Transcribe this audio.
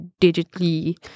digitally